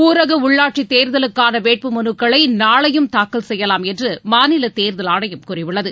ஊரக உள்ளாட்சி தேர்தலுக்கான வேட்புமலுக்களை நாளையும் தாக்கல் செய்யலாம் என்று மாநில தேர்தல் ஆணையம் கூறியுள்ளது